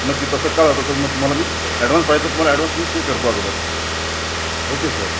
नक्की तसं कळवा तसं मग तुम्हाला मी अॅडवान्स पाहिजे तो तुम्हाला अॅडवान्स मी पे करतो अगोदर ओके सर